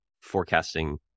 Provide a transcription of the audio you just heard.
forecasting